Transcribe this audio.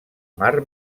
mar